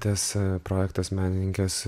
tas projektas menininkės